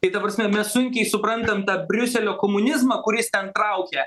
tai ta prasme mes sunkiai suprantam tą briuselio komunizmą kuris ten traukia